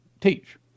teach